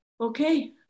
Okay